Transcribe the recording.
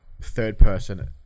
third-person